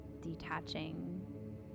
detaching